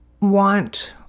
want